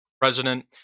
president